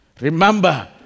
Remember